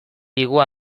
digu